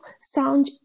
sound